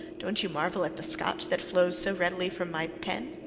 don't you marvel at the scotch that flows so readily from my pen?